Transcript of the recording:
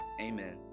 Amen